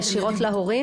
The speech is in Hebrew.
ישירות להורים?